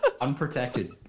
Unprotected